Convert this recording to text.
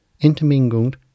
intermingled